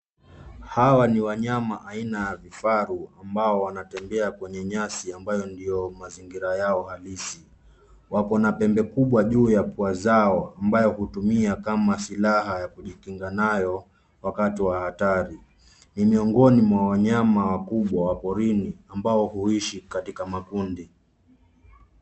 Hawa ni wanyama aina ya vifaru ambao wanatembea kwenye nyasi ambayo ndio mazingira yao halisi. Wako na pembe kubwa juu ya pua zao, ambayo hutumia kama silaha ya kujikinga nayo, wakati wa hatari. Ni miongoni mwa wanyama wakubwa wa porini, ambao huishi katika makundi.